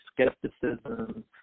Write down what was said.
skepticism